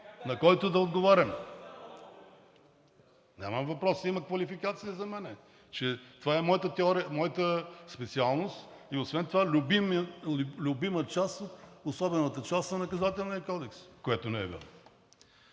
на който да отговарям. (Реплики.) Нямам въпрос, има квалификации за мен, че това е моята специалност и освен това любима част от особената част на Наказателния кодекс, което не е вярно.